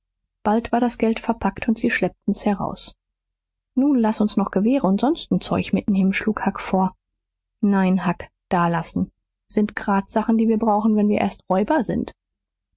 bald war das geld verpackt und sie schleppten's heraus nun laß uns noch gewehre und sonst so n zeug mitnehmen schlug huck vor nein huck da lassen sind gerad sachen die wir brauchen wenn wir erst räuber sind